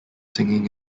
singing